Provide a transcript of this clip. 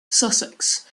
sussex